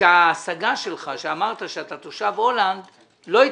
שההשגה שלך שאמרת שאתה תושב הולנד לא התקבלה,